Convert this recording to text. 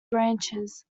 branches